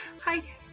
Hi